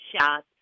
shots